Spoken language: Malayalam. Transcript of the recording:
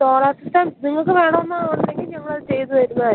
സോളാർ സിസ്റ്റം നിങ്ങള്ക്കു വേണമെന്നുണ്ടെങ്കില് ഞങ്ങളതു ചെയ്തു തരുന്നതായിരിക്കും